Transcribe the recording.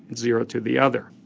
zero to the other.